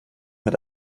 mit